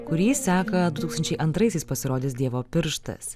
kurį seka du tūkstančiai antraisiais pasirodęs dievo pirštas